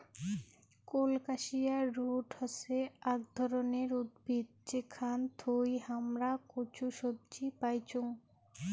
colocasia root হসে আক ধরণের উদ্ভিদ যেখান থুই হামরা কচু সবজি পাইচুং